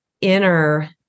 inner